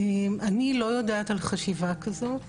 אני לא יודעת על חשיבה כזו.